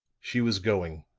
she was going